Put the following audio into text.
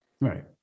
Right